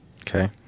Okay